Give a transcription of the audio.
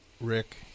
Rick